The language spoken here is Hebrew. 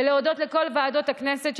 ולהודות לכל ועדות הכנסת.